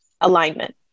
alignment